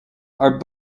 are